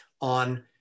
on